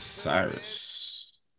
Cyrus